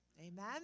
Amen